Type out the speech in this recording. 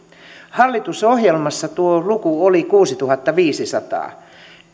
hallitusohjelmassa tuo luku oli kuusituhattaviisisataa